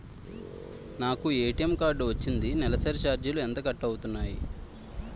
నాకు ATM card వచ్చింది నెలసరి ఛార్జీలు ఎంత కట్ అవ్తున్నాయి?